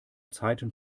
zeiten